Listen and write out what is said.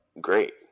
great